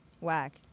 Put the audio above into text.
Whack